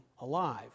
alive